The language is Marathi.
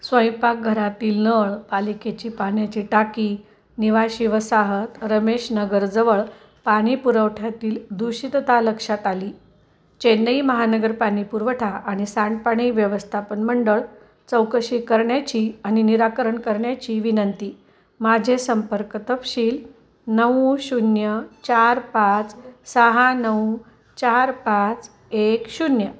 स्वयंपाकघरातील नळ पालिकेची पाण्याची टाकी निवासी वसाहत रमेश नगरजवळ पाणी पुरवठ्यातील दूषितता लक्षात आली चेन्नई महानगर पाणीपुरवठा आणि सांडपाणी व्यवस्थापन मंडळ चौकशी करण्याची आणि निराकरण करण्याची विनंती माझे संपर्क तपशील नऊ शून्य चार पाच सहा नऊ चार पाच एक शून्य